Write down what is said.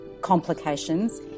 complications